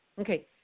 Okay